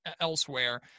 elsewhere